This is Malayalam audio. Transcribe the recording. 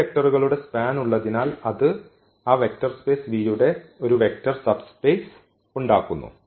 ഈ വെക്റ്ററുകളുടെ സ്പാൻ ഉള്ളതിനാൽ അത് ആ വെക്റ്റർ സ്പേസ് V യുടെ ഒരു വെക്റ്റർ സബ് സ്പേസ് ഉണ്ടാക്കുന്നു